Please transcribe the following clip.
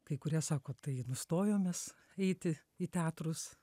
kai kurie sako tai nustojom mes eiti į teatrus